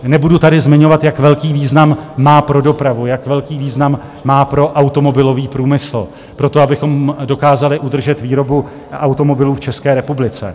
Nebudu tady zmiňovat, jak velký význam má pro dopravu, jak velký význam má pro automobilový průmysl, pro to, abychom dokázali udržet výrobu automobilů v České republice.